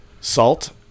Salt